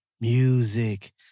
Music